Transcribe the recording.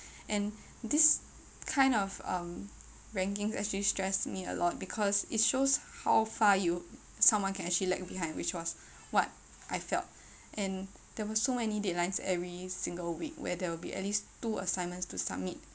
and this kind of um rankings actually stress me a lot because it shows how far you someone can actually lag behind which was what I felt and there were so many deadlines every single week where there will be at least two assignments to submit